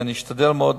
אשתדל מאוד,